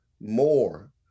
more